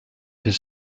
his